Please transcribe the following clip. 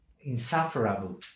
insufferable